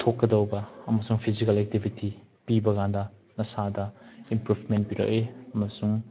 ꯊꯣꯛꯀꯗꯧꯕ ꯑꯃꯁꯨꯡ physical activity ꯄꯤꯕ ꯀꯥꯟꯗ ꯅꯁꯥꯗ ꯏꯝꯄ꯭ꯔꯨꯐꯃꯦꯟ ꯄꯤꯔꯛꯏ ꯑꯃꯁꯨꯡ